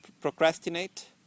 procrastinate